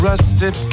Rusted